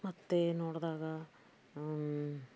ಮತ್ತು ನೋಡಿದಾಗ